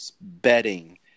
bedding